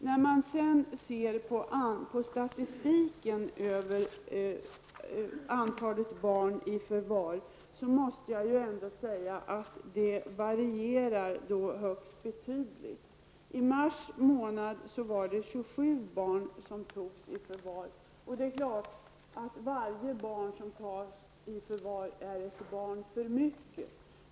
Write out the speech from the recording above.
När man ser på statistiken över antalet barn i förvar måste man ändå säga att det är högst betydliga variationer. I mars togs 27 barn i förvar, och det är klart att varje barn som tas i förvar är ett barn för mycket.